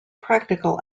practical